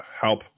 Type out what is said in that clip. help